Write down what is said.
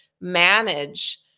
manage